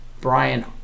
Brian